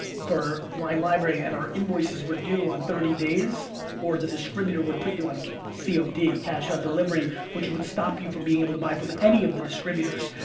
for wine library and our invoices were due on thirty days or the distributor would put you on cod, cash on delivery, which would stop you from being able to buy from any of the distributors.